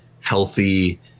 healthy